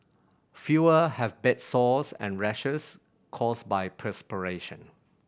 fewer have bed sores and rashes caused by perspiration